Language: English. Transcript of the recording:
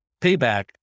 payback